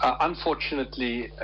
Unfortunately